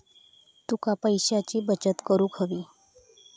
तुका पैशाची बचत करूक हवी